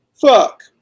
Fuck